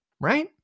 Right